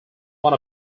one